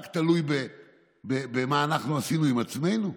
תלוי רק במה שאנחנו עשינו עם עצמנו.